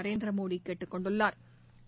நரேந்திரமோடி கேட்டுக்கொண்டுள்ளாா்